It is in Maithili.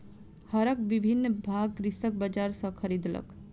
हरक विभिन्न भाग कृषक बजार सॅ खरीदलक